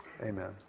Amen